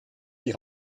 die